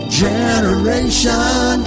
generation